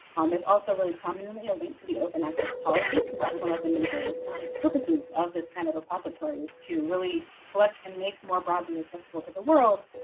um there's also really prominently a link to the open access policies because that's one of the major purposes of this kind of repositories to really collect and make more broadly accessible to the world,